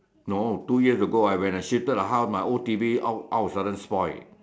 no two years ago I when I shifted the house my old all all of the sudden spoil